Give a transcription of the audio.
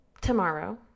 tomorrow